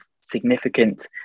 significant